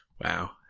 wow